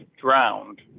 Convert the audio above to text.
drowned